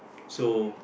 so